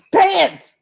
Pants